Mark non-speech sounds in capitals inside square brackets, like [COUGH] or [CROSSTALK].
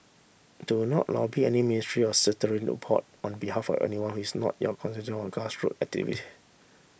do not lobby any ministry or statutory [UNINTELLIGIBLE] on behalf of anyone who is not your constituent or grassroot activist